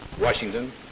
Washington